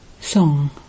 Song